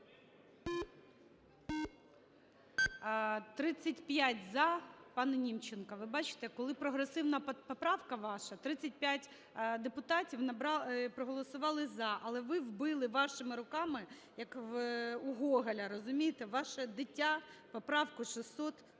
За-35 Пане Німченко, ви бачите, коли прогресивна поправка ваша, 35 депутатів проголосували "за", але ви вбили вашими руками, як у Гоголя, розумієте, ваше дитя – поправку 695.